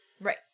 Right